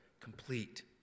complete